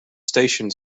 stationed